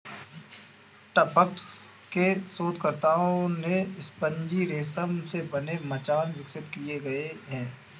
Tufts के शोधकर्ताओं ने स्पंजी रेशम से बने मचान विकसित किए हैं